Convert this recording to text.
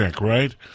right